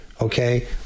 okay